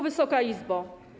Wysoka Izbo!